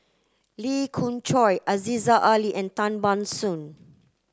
Lee Khoon Choy Aziza Ali and Tan Ban Soon